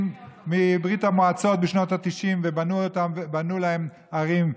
מברית המועצות בשנות התשעים ובנו להם ערים,